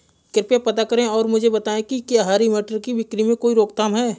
कृपया पता करें और मुझे बताएं कि क्या हरी मटर की बिक्री में कोई रोकथाम है?